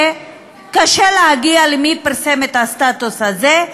שקשה להגיע למי פרסם את הסטטוס הזה,